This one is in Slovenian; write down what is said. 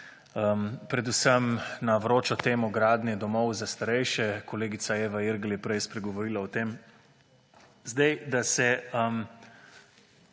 predvsem na vročo temo gradnje domov za starejše. Kolegica Eva Irgl je prej spregovorila o tem. Da